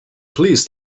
please